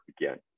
again